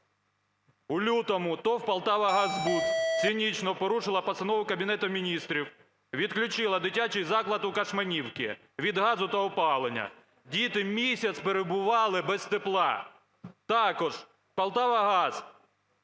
У лютому ТОВ "Полтавагаз збут" цинічно порушила постанову Кабінету Міністрів: відключила дитячий заклад у Кошманівці від газу та опалення. Діти місяць перебували без тепла. Також "Полтавагаз"